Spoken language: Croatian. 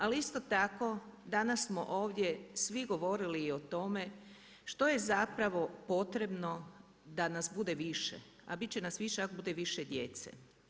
Ali isto tako danas smo ovdje svi govorili i o tome što je potrebno da nas bude više, a bit će nas više ako bude više djece.